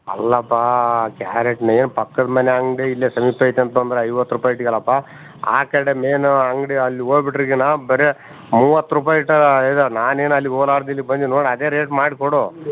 ಅಲ್ಲಪ್ಪ ಕ್ಯಾರೆಟ್ನೇ ಪಕ್ಕದ ಮನೆ ಅಂಗ್ಡ್ಯಾಗೆ ಇಲ್ಲೇ ಸಂಘದ ಪೇಟೆಯಿಂದ ತಂದ್ರೆ ಐವತ್ತು ರೂಪಾಯ್ಗೆ ಇಟ್ಕೊಳಪ್ಪ ಆ ಕಡೆ ಮೇನು ಅಂಗಡಿ ಅಲ್ಗೆ ಹೋಗ್ಬುಟ್ರೆಗಿನ ಬರೀ ಮೂವತ್ತು ರೂಪಾಯಿ ಇಟ್ಟು ಇದು ನಾನೇನು ಅಲ್ಗೆ ಓಡಾಡ್ತೀನಿ ಇಲ್ಲಿ ಬಂದೀನಿ ನೋಡು ಅದೇ ರೇಟ್ ಮಾಡಿ ಕೊಡು